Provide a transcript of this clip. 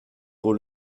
pour